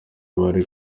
bari